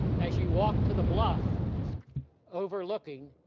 as you walk to the bluff overlooking,